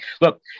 Look